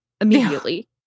immediately